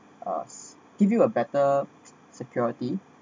us give you a better security